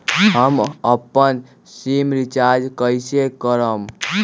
हम अपन SIM recharge कइसे करम?